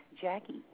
Jackie